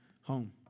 home